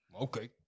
Okay